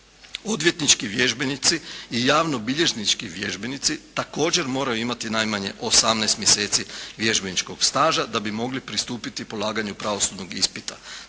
odvjetnički vježbenici i javnobilježnički vježbenici također moraju imati najmanje 18 mjeseci vježbeničkog staža da bi mogli pristupiti polaganju pravosudnog ispita